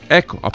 ecco